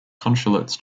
consulates